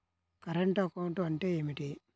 Current account అంటే ఏమిటి?